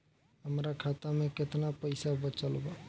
हमरा खाता मे केतना पईसा बचल बा?